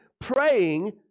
praying